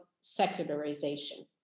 secularization